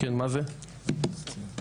שר הנגב,